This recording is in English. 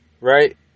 right